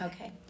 Okay